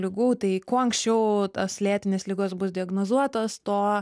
ligų tai kuo anksčiau tos lėtinės ligos bus diagnozuotos tuo